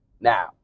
Now